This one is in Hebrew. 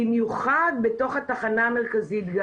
במיוחד בתוך התחנה המרכזית.